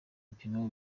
ibipimo